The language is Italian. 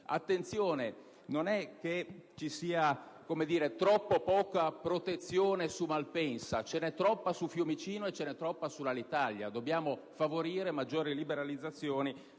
Attenzione: non è che vi sia troppo poca protezione su Malpensa, ce n'è troppa su Fiumicino e sull'Alitalia. Dobbiamo favorire maggiori liberalizzazioni,